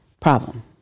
problem